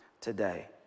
today